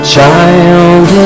Child